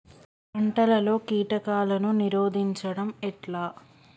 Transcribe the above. పంటలలో కీటకాలను నిరోధించడం ఎట్లా?